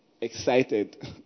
excited